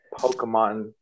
Pokemon